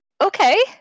okay